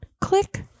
click